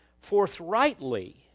forthrightly